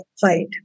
fight